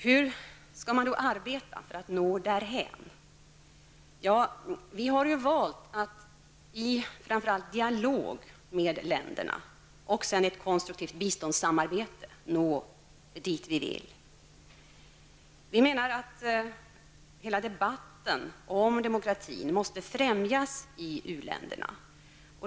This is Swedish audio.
Hur skall man då arbeta för att nå därhän? Ja, vi har valt att i framför allt dialog med länderna och sedan med konstruktivt biståndssamarbete nå dit vi vill. Vi menar att hela debatten om demokrati måste främjas i u-länderna.